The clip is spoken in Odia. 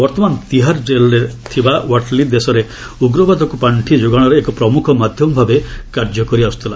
ବର୍ତ୍ତମାନ ତିହାର ଜେଲ୍ରେ ଥିବା ୱାଟଲି ଦେଶରେ ଉଗ୍ରବାଦକୁ ପାର୍ଷିଯୋଗାଣରେ ଏକ ପ୍ରମୁଖ ମାଧ୍ୟମଭାବେ କାର୍ଯ୍ୟ କରିଆସୁଥିଲା